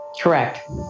Correct